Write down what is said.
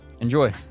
Enjoy